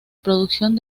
producción